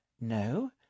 No